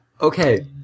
okay